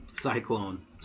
Cyclone